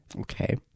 Okay